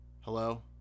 hello